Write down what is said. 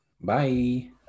Bye